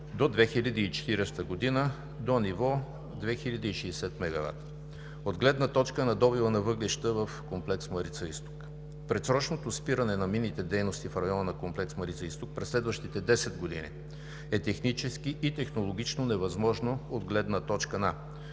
до 2040 г. до ниво 2060 мегавата. От гледна точка на добива на въглища в Комплекс „Марица изток“. Предсрочното спиране на минните дейности в района на Комплекс „Марица изток“ през следващите 10 години е технически и технологично невъзможно от гледна точка на: